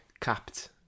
capped